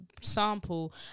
sample